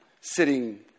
sitting